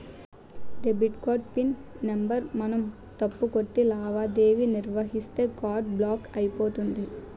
debit card PIN number మనం తప్పు కొట్టి లావాదేవీ నిర్వహిస్తే కార్డు బ్లాక్ అయిపోతుంది